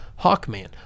Hawkman